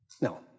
No